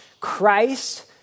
Christ